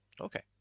Okay